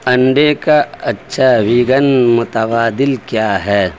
انڈے کا اچھا ویگن متبادل کیا ہے